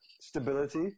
stability